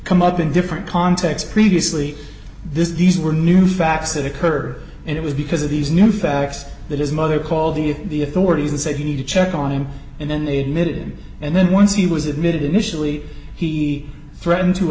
come up in different contexts previously this these were new facts it occurred and it was because of these new facts that is mother called the the authorities and said you need to check on him and then they admitted him and then once he was admitted initially he threatened to